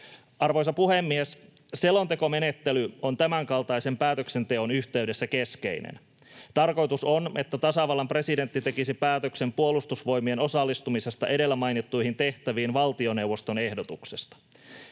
Arvoisa puhemies! Selontekomenettely on tämänkaltaisen päätöksenteon yhteydessä keskeinen. Tarkoitus on, että tasavallan presidentti tekisi päätöksen Puolustusvoimien osallistumisesta edellä mainittuihin tehtäviin valtioneuvoston ehdotuksesta